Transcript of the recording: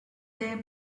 their